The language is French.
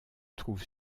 trouve